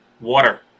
Water